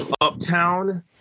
uptown